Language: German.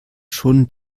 schon